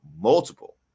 multiple